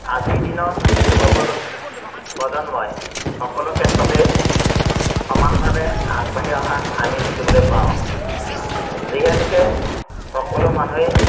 আজিৰ দিনত যুৱ প্ৰজ প্ৰজন্মই সকলো ক্ষেত্ৰতে সমানভাৱে আগবাঢ়ি অহা আমি দেখিবলৈ পাওঁ যিহেতুকে সকলো মানুহেই